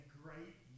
great